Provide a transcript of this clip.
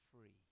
free